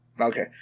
Okay